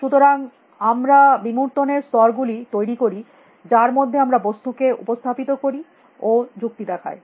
সুতরাং আমরা বিমুর্তনের স্তর গুলি তৈরী করি যার মধ্যে আমরা বস্তু কে উপস্থাপিত করি ও যুক্তি দেখাই